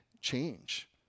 change